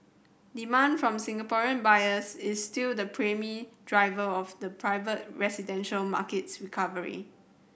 demand from Singaporean buyers is still the primary driver of the private residential market's recovery